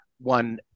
One